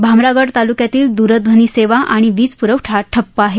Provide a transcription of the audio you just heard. भामरागड तालुक्यातील दूरध्वनीसेवा आणि वीजपुरवठा ठप्प आहे